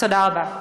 תודה רבה.